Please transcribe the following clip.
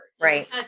right